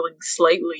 slightly